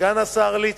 לסגן השר ליצמן,